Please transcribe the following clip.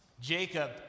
Jacob